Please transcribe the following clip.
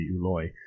Uloi